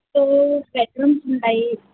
two bedrooms ఉంటాయి